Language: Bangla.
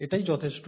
এটাই যথেষ্ট